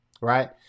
right